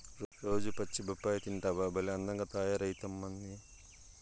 రోజూ పచ్చి బొప్పాయి తింటివా భలే అందంగా తయారైతమ్మన్నీ